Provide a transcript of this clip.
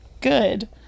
good